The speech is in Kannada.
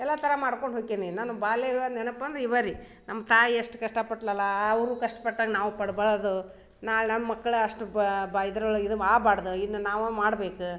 ಎಲ್ಲಾ ಥರ ಮಾಡ್ಕೊಂಡು ಹೋಕ್ಕೆನಿ ನನ್ನ ಬಾಲ್ಯದ ನೆನಪು ಅಂದ್ರ ಇವರಿ ನಮ್ಮ ತಾಯಿ ಎಷ್ಟು ಕಷ್ಟ ಪಟ್ಲಲ್ಲಾ ಅವರು ಕಷ್ಟ ಪಟ್ಟಂಗ ನಾವು ಪಡ್ಬಾರದು ನಾಳೆ ನಮ್ಮ ಮಕ್ಳು ಅಷ್ಟು ಬಾ ಬಾ ಇದ್ರೊಳಗ ಇದು ಆಬಾಡ್ದ ಇನ್ನ್ ನಾವ ಮಾಡ್ಬೇಕ್